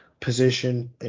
position